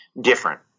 different